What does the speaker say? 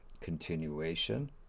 continuation